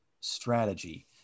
strategy